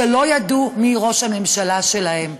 שלא ידעו מי ראש הממשלה שלהם.